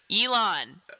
Elon